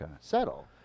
settle